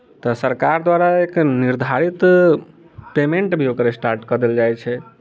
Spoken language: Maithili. तऽ सरकार द्वारा एक निर्धारित पेमेंट भी ओकर स्टार्ट कऽ देल जाइत छै